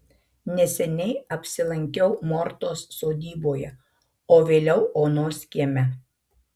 neseniai apsilankiau mortos sodyboje o vėliau onos kieme